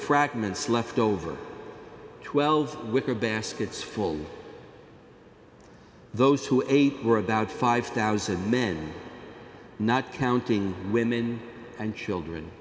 fragments left over twelve wicker baskets full of those who ate for about five thousand men not counting women and children